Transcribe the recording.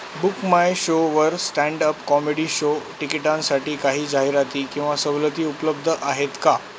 book My शोवर stand up comedy show तिकिटांसाठी काही जाहिराती किंवा सवलती उपलब्ध आहेत का